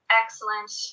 excellent